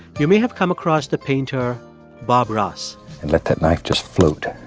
you may have come across the painter bob ross and let that knife just float.